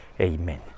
Amen